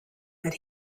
that